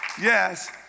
Yes